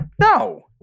no